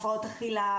הפרעות אכילה,